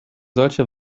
solche